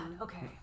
Okay